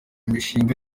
imishinga